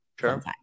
Sure